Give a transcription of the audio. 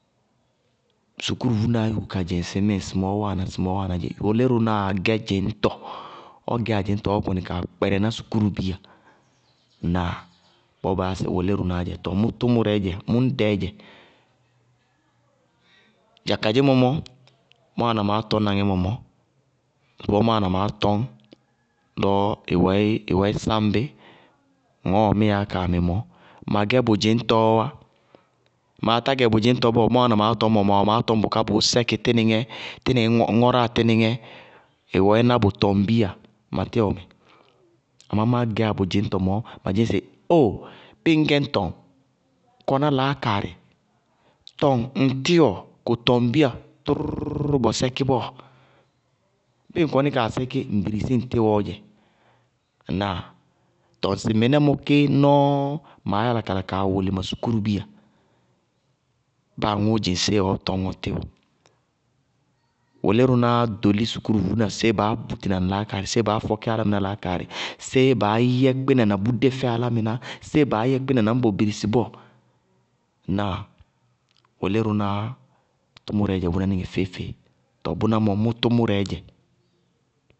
Sukúru vuúnaá yúkú kadzɩŋ sɩ ŋsɩmɔɔ wáana ŋsɩmɔɔ wáanaá dzé. Wʋlírʋnáa gɛ dzɩñtɔ, ɔ gɛyá dzɩñtɔ, ɔɔ kɔnɩ kaa kpɛrɛná sukúrubiya. Ŋnáa? Bɔɔ baa yáa sɩ wʋlírʋnáa dzɛ. Tɔɔ mʋ tʋmʋrɛɛ dzɛ, mʋ ñdɛɛ dzɛ. Dza kadzémɔ má wáana maá tɔñna ŋɛ mɔmɔ, ŋsɩbɔɔ má wáana maá tɔñ lɔ ɩ wɛ ɩí sáŋ bí ŋɔɔɔ míyaá kaa mɩ mɔɔ, ma gɛ bʋ dzɩñtɔ ɔ wá. Maa tá gɛ bʋ dzɩñtɔ bɔɔ, ŋsɩbɔɔ má wáana maá tɔñ mɔ, maa wɛ maá tɔñŋá bʋká bʋʋ sɛkɩ tínɩŋɛ, ŋɔráa tínɩŋɛ, ɩɩ wɛ ɩí ná bʋ tɔŋbiya ma tíwɔ mɛ. Amá má gɛyá bʋ dzɩñtɔ mɔɔ, ma dzɩñ sɩ óo! Bíɩ ŋñ gɛ ñ tɔŋ, kʋná laákaarɩ: tɔŋ ŋ tíwɔ, kʋ tɔŋbiya tʋrʋrʋrʋrʋ. Bɔ sɛkí bɔɔ. Bíɩ ŋ kɔní kaa sɛkí, ŋ birisí ŋ tíwɔɔ dzɛ. Ŋnáa? Tɔɔ ŋsɩ mɩnɛ mɔ ké nɔɔɔ maá yála kala kaa wʋlɩ ma sukúru bíya. Báa aŋʋ dzɩñ séé ɔ tɔŋ ɔ tíwɔ. Wʋlírʋnáa wʋlí sukúruvuúna séé baá bútina ŋ laákaarɩ séé baá fɔkí laákaarɩ, séé baá yɛ kpínɛ na bʋ dé fɛ álámɩná, séé baá yɛ kpínɛ uñ bɔ birisí bɔɔ? Ŋnáa? Wʋlírʋná tʋmʋrɛɛ dzɛ bʋnáníŋɛ feé-feé. Tɔɔ bʋná mɔ, mʋ tʋmʋrɛɛ dzɛ.